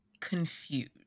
confused